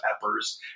peppers